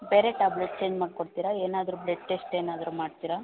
ಬೇರೆ tablets change ಮಾಡಿಕೊಡ್ತಿರಾ ಏನಾದರು ಬ್ಲೆಡ್ ಟೆಸ್ಟ್ ಏನಾದರೂ ಮಾಡ್ತೀರಾ